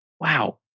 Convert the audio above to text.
wow